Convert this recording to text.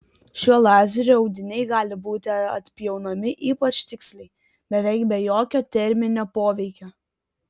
šiuo lazeriu audiniai gali būti atpjaunami ypač tiksliai beveik be jokio terminio poveikio